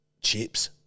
chips